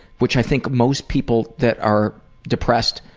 which i think most people that are depressed,